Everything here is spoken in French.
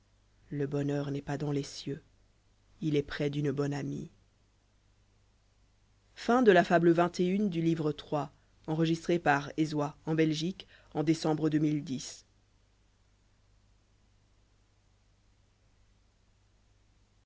le bonheur n'est pas dans les cieux il est près d'une bonne anjie